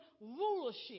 rulership